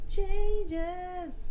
changes